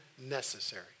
necessary